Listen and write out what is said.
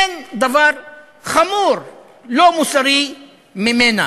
אין דבר חמור ולא מוסרי ממנה.